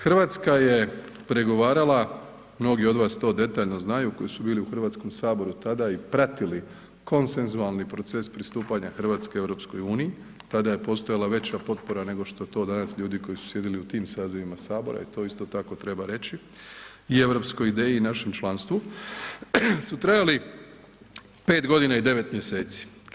Hrvatska je pregovarala, mnogi od vas to detaljno znaju koji su bili u Hrvatskom saboru tada i pratili konsenzualni proces pristupanja Hrvatske EU-u, tada je postojala veća potpora nego što je to danas ljudi koji su sjedili u tim sazivima Sabora i to isto tako treba reći i europskoj ideji i našem članstvu su trajali 5 g. i 9 mjeseci.